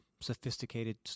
sophisticated